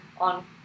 on